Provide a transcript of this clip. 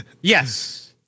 Yes